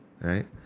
right